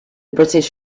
british